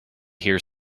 here